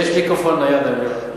יש מיקרופון נייד, אני אביא לך.